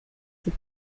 ses